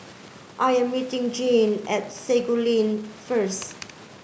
I am meeting Jeanne at Sago Lane first